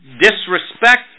disrespect